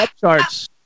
charts